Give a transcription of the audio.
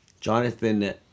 Jonathan